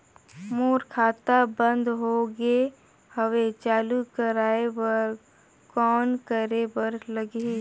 मोर खाता बंद हो गे हवय चालू कराय बर कौन करे बर लगही?